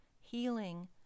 healing